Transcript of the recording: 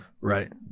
Right